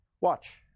Watch